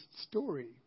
story